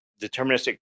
deterministic